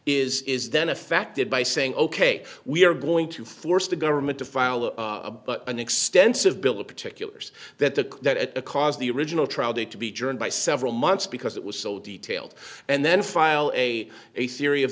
is is then affected by saying ok we are going to force the government to file an extensive bill of particulars that the that because the original trial date to be joined by several months because it was so detailed and then file a a theory of